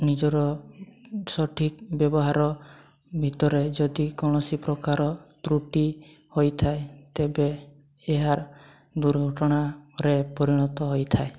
ନିଜର ସଠିକ୍ ବ୍ୟବହାର ଭିତରେ ଯଦି କୌଣସି ପ୍ରକାର ତୃଟି ହୋଇଥାଏ ତେବେ ଏହା ଦୁର୍ଘଟଣାରେ ପ୍ରାୟ ପରିଣତ ହୋଇଥାଏ